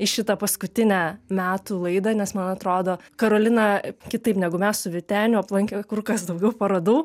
į šitą paskutinę metų laidą nes man atrodo karolina kitaip negu mes su vyteniu aplankė kur kas daugiau parodų